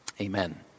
amen